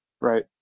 Right